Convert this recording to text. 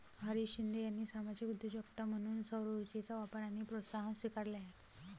हरीश शिंदे यांनी सामाजिक उद्योजकता म्हणून सौरऊर्जेचा वापर आणि प्रोत्साहन स्वीकारले आहे